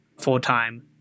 full-time